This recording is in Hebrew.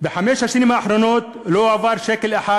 בחמש השנים האחרונות לא הועבר שקל אחד